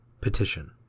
Petition